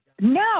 No